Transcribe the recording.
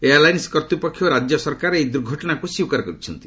airlines କର୍ତ୍ତୃପକ୍ଷ ଓ ରାଜ୍ୟ ସରକାର ଏହି ଦୁର୍ଘଟଣାକୁ ସ୍ୱୀକାର କରିଛନ୍ତି